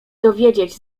dowiedzieć